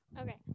Okay